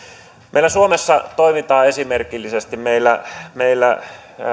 meillä suomessa toimitaan esimerkillisesti meillä meillä